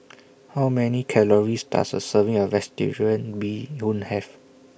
How Many Calories Does A Serving of Bee Hoon Have